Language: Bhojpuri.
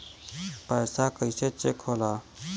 पैसा कइसे चेक होला?